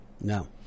No